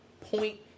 point